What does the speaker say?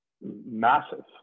Massive